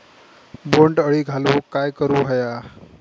बोंड अळी घालवूक काय करू व्हया?